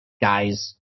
guys